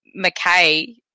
McKay